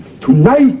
tonight